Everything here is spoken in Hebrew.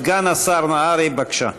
סגן השר נהרי, בבקשה.